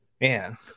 Man